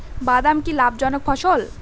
বাদাম কি লাভ জনক ফসল?